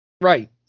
Right